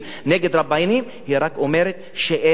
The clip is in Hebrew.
היא רק אומרת שהם מעל החוק,